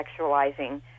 sexualizing